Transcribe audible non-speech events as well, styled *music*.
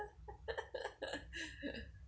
*laughs*